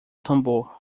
tambor